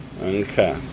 Okay